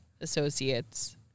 associates